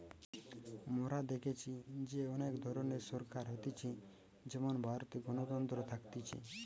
মোরা দেখেছি যে অনেক ধরণের সরকার হতিছে যেমন ভারতে গণতন্ত্র থাকতিছে